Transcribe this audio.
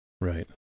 right